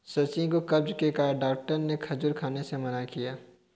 सचिन को कब्ज के कारण डॉक्टर ने खजूर खाने से मना किया